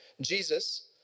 Jesus